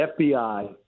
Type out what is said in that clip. FBI